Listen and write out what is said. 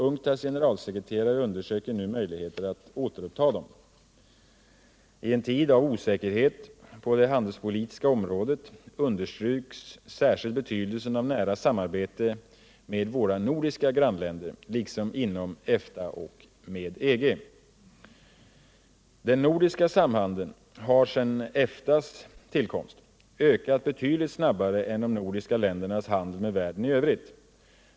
UNCTAD:s generalsekreterare undersöker nu möjligheterna att återuppta dem. I en tid av osäkerhet på det handelspolitiska området understryks särskilt betydelsen av nära samarbete med våra nordiska grannländer liksom inom EFTA och med EG. Den nordiska samhandeln har, sedan EFTA:s tillkomst, ökat betydligt snabbare än de nordiska ländernas handel med världen i övrigt.